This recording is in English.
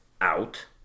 out